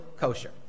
kosher